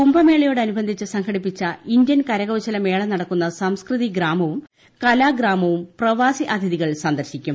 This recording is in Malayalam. കുംഭമേളയോട് അനുബന്ധിച്ച് സംഘടിപ്പിച്ച ഇന്ത്യൻ കരകൌശല മേള നടക്കുന്ന സംസ്കൃതി ഗ്രാമവും കലാഗ്രാമവും പ്രവാസി അതിഥികൾ സന്ദർശിക്കും